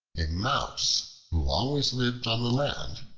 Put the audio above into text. a mouse who always lived on the land,